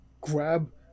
grab